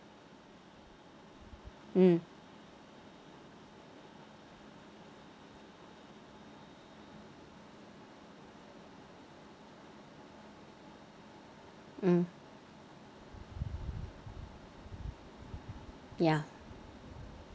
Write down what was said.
mm mm ya